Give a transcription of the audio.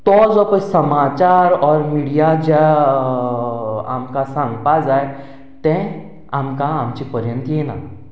तो जो पळय समाचार ऑर मिडिया ज्या आमकां सांगपाक जाय तें आमकां आमचे पर्यंत येना